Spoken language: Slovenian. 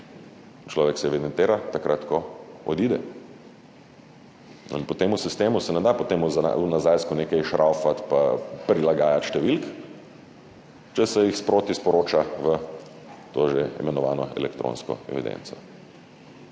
človek se evidentira takrat, ko odide, in se potem v sistemu ne da za nazaj nekaj šraufati in prilagajati številk, če se jih že sproti sporoča v to imenovano elektronsko evidenco.